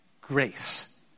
grace